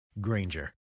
Granger